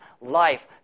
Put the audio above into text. Life